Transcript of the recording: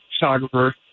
photographer